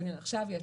אבל עכשיו יש לי,